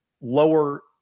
lower